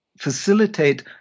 facilitate